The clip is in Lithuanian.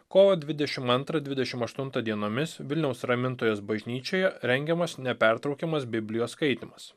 kovo dvidešimt antrą dvidešimt aštuntą dienomis vilniaus ramintojos bažnyčioje rengiamas nepertraukiamas biblijos skaitymas